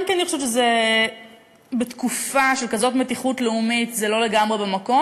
גם כי אני חושבת שבתקופה של כזאת מתיחות לאומית זה לא לגמרי במקום,